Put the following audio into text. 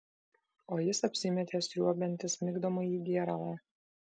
o jis apsimetė sriuobiantis migdomąjį gėralą